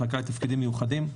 המחלקה לתפקידים מיוחדים.